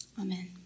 Amen